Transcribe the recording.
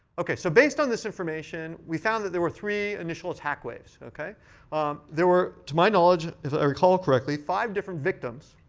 ok. so based on this information, we found that there were three initial attack waves. there were, to my knowledge, if i recall correctly, five different victims